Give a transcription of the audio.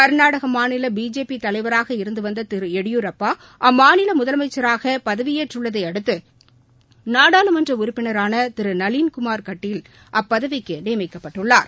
கா்நாடக மாநில பிஜேபி தலைவராக இருந்துவந்த திரு ளடியூரப்பா அம்மாநில முதலமைச்சராக பதவியேற்றுள்ளதை அடுத்து நாடாளுமன்ற உறுப்பினரான திரு நளின்குமார் கட்டீல் அப்பதவிக்கு நியிமிக்கப்பட்டுள்ளார்